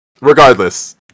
regardless